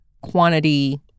quantity